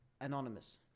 anonymous